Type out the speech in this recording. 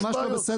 ממש לא בסדר.